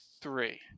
three